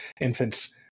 infants